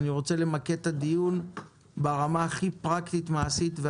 אני רוצה למקד את הדיון ברמה הכי פרקטית ומעשית.